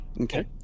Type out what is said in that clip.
Okay